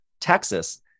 texas